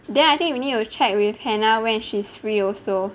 then I think we need to check with hannah when she's free also